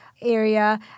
area